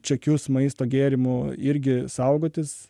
čekius maisto gėrimų irgi saugotis